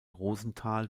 rosenthal